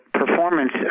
performance